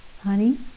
Honey